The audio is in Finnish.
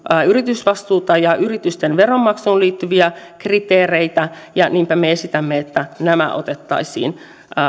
yritysvastuuta ja yritysten veronmaksuun liittyviä kriteereitä ja niinpä me esitämme että nämä otettaisiin